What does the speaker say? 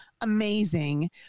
amazing